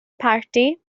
parti